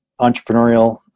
entrepreneurial